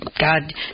God